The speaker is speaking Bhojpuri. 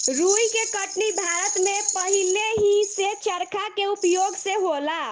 रुई के कटनी भारत में पहिलेही से चरखा के उपयोग से होला